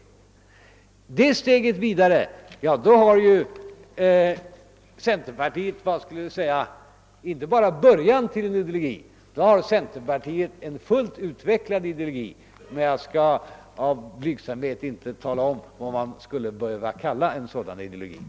Då har centern inte bara början till en ideologi; då har centern en fullt utvecklad ideologi, men jag skall av blygsamhet inte tala om vad man skulle kunna kalla den ideologin.